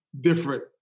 different